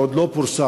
שעוד לא פורסם,